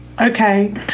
Okay